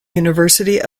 university